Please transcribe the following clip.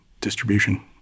distribution